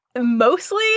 Mostly